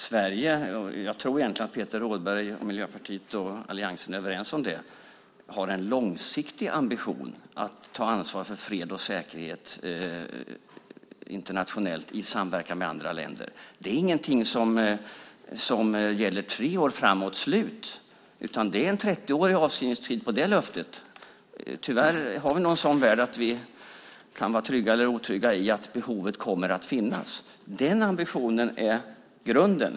Fru talman! Jag tror egentligen att Peter Rådberg, Miljöpartiet och alliansen är överens om att Sverige har en långsiktig ambition att ta ansvar för fred och säkerhet internationellt i samverkan med andra länder. Det är ingenting som gäller tre år framåt och sedan tar slut, utan det är en 30-årig avskrivningstid på det löftet. Tyvärr har vi nog en sådan värld att vi kan vara trygga, eller otrygga, när det gäller att behovet kommer att finnas. Den ambitionen är grunden.